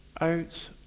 Out